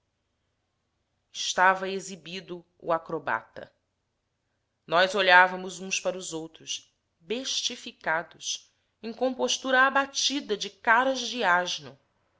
estava exibido o acrobata nós olhávamos uns para os outros bestificados em compostura abatida de